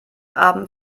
abend